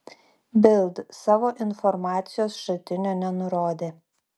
bild savo informacijos šaltinio nenurodė